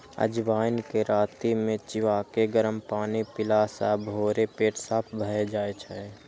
अजवाइन कें राति मे चिबाके गरम पानि पीला सं भोरे पेट साफ भए जाइ छै